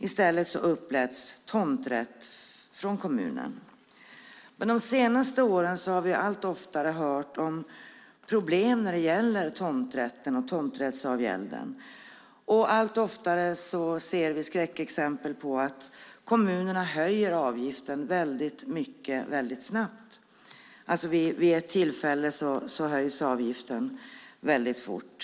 I stället upplät kommunen marken med tomträtt. Men de senaste åren har vi allt oftare hört om problem när det gäller tomträtten och tomträttsavgälden. Allt oftare ser vi skräckexempel på att kommunerna höjer avgiften väldigt mycket och väldigt snabbt. Vid ett tillfälle höjs avgiften väldigt mycket.